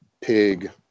Pig